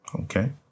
Okay